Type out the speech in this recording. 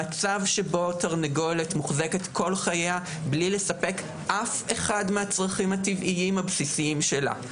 המצב שבו תרנגולת מוחזקת כל חייה בלי לספק אף אחד מהצרכים הבסיסיים שלה,